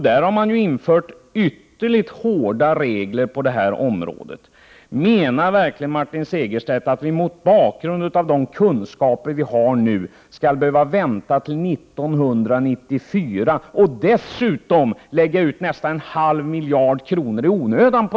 Där är reglerna på detta område ytterligt hårda. Menar verkligen Martin Segerstedt att vi med de kunskaper vi har redan nu skall behöva vänta till 1994 och dessutom lägga ut 0,5 miljarder kronor i onödan?